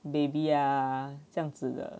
baby ah 这样子的